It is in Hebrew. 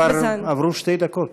כבר עברו שתי דקות,